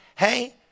Hey